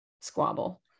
squabble